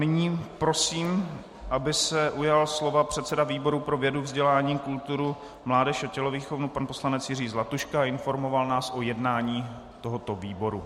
Nyní prosím, aby se ujal slova předseda výboru pro vědu, vzdělání, kulturu, mládež a tělovýchovu pan poslanec Jiří Zlatuška, a informoval nás o jednání tohoto výboru.